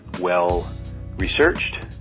well-researched